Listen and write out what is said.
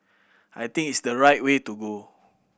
I think it's the right way to go